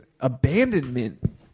abandonment